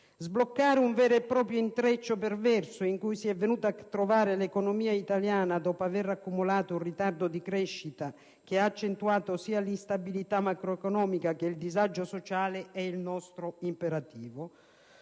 Sbloccare un vero e proprio intreccio perverso in cui si è venuta a trovare l'economia italiana, dopo aver accumulato un ritardo di crescita che ha accentuato sia l'instabilità macroeconomica che il disagio sociale, è il nostro imperativo.